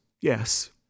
yes